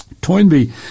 Toynbee